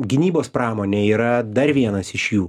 gynybos pramonė yra dar vienas iš jų